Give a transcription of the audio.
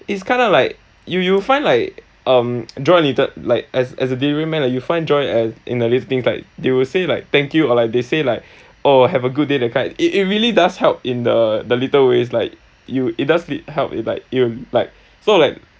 it's kinda like you you'll find like um joy needed like as as a delivery man uh you find joy as in the little things like they will say like thank you or like they say like oh have a good day that kind it it really does help in the the little ways like you it does help if like you like so like